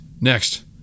next